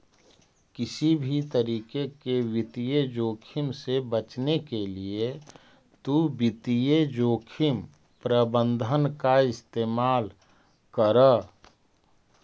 किसी भी तरीके के वित्तीय जोखिम से बचने के लिए तु वित्तीय जोखिम प्रबंधन का इस्तेमाल करअ